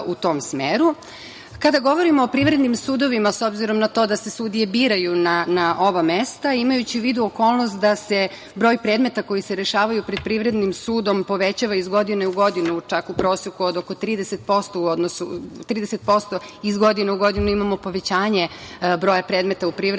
govorimo o privrednim sudovima, s obzirom na to da se sudije biraju na ova mesta, imajući u vidu okolnost da se broj predmeta koji se rešavaju pred Privrednim sudom povećava iz godine u godinu čak u proseku od oko 30% , 30% iz godine imamo povećanje broja predmeta u Privrednom sudu,